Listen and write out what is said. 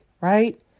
Right